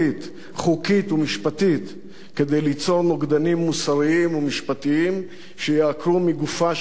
חוקית ומשפטית כדי ליצור נוגדנים מוסריים ומשפטיים שיעקרו מגופה של האומה